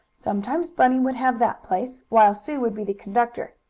sometimes bunny would have that place, while sue would be the conductor,